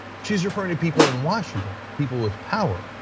she's referring to people in washington, people with power,